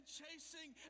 chasing